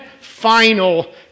final